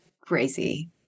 crazy